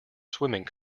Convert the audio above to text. swimming